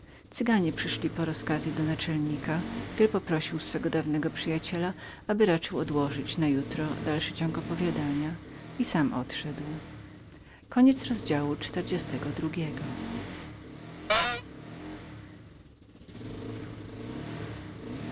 cyganie przyszli po rozkazy do naczelnika który poprosił dawnego przyjaciela aby raczył odłożyć na jutro dalszy ciąg opowiadania i sam odszedł